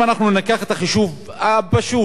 אם אנחנו ניקח את החישוב הפשוט,